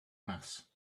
mass